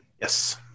Yes